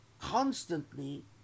constantly